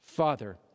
Father